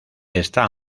está